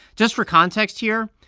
just for context here,